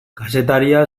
kazetaria